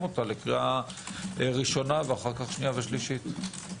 אותה לקריאה ראשונה ואז שנייה ושלישית.